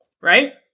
right